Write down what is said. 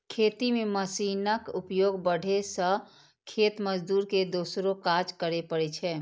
खेती मे मशीनक उपयोग बढ़ै सं खेत मजदूर के दोसरो काज करै पड़ै छै